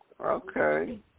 Okay